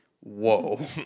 whoa